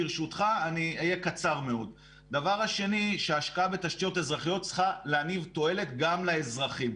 הדבר השני שההשקעה בתשתיות אזרחיות צריכה להניב תועלת גם לאזרחים,